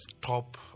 top